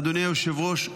אדוני היושב-ראש,